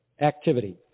activity